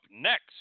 next